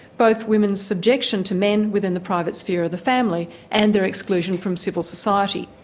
both women's subjection to men within the private sphere of the family and their exclusion from civil society.